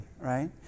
right